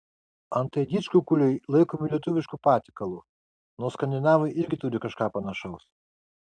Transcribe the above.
antai didžkukuliai laikomi lietuvišku patiekalu nors skandinavai irgi turi kažką panašaus